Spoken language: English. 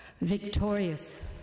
Victorious